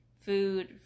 food